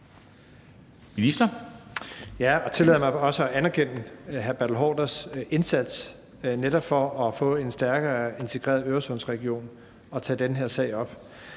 og tillad mig også at anerkende hr. Bertel Haarders indsats for netop at få en stærkere integreret Øresundsregion og for at tage den her sag op.